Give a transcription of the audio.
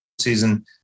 season